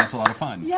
a lot of fun. yeah